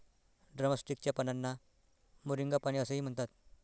drumstick च्या पानांना moringa पाने असेही म्हणतात